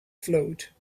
float